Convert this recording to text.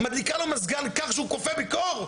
מדליקה לו מזגן קר כשהוא קופא מקור?